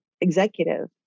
executive